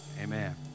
amen